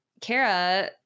Kara